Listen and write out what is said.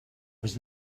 was